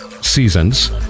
seasons